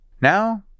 Now